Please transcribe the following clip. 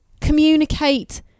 communicate